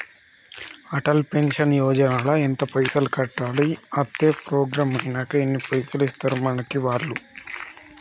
Atal pension Yojana ల ఎంత పైసల్ కట్టాలి? అత్తే ప్రోగ్రాం ఐనాక ఎన్ని పైసల్ ఇస్తరు మనకి వాళ్లు?